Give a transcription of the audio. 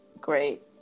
great